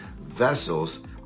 vessels